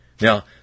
Now